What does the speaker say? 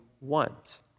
want